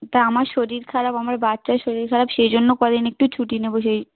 তা আমার শরীর খারাপ আমার বাচ্চার শরীর খারাপ সেই জন্য কদিন একটু ছুটি নেবো সেই